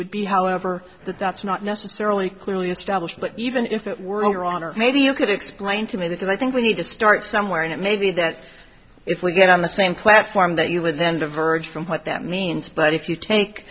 would be however that that's not necessarily clearly established but even if it were your honor maybe you could explain to me because i think we need to start somewhere and it may be that if we get on the same platform that you would then diverge from what that means but if you take